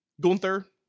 Gunther